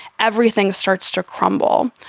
everything starts to crumble.